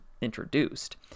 introduced